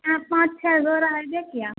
پانچ چھ جوڑا ہے بے کیا